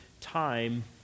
time